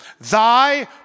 Thy